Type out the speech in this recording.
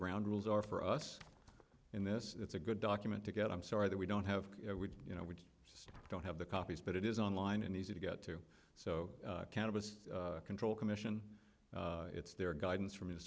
ground rules are for us in this it's a good document to get i'm sorry that we don't have you know we just don't have the copies but it is online and easy to get to so can it was control commission it's their guidance from his